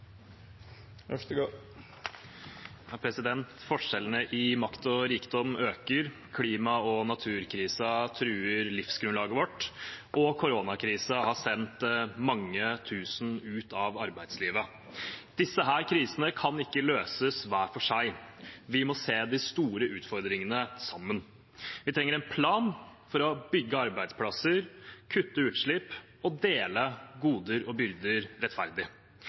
Forskjellene i makt og rikdom øker, klima- og naturkrisen truer livsgrunnlaget vårt, og koronakrisen har sendt mange tusen ut av arbeidslivet. Disse krisene kan ikke løses hver for seg – vi må se de store utfordringene sammen. Vi trenger en plan for å bygge arbeidsplasser, kutte utslipp og dele goder og byrder rettferdig.